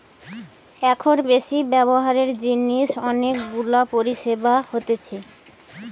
এখন বেশি ব্যবহারের জিনে অনেক গুলা পরিষেবা হতিছে